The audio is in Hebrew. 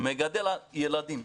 מגדל ילדים,